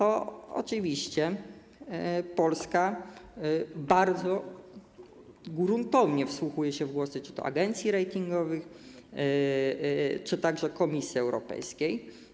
Oczywiście Polska bardzo gruntownie wsłuchuje się w głosy czy to agencji ratingowych, czy także Komisji Europejskiej.